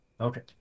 Okay